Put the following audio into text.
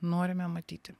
norime matyti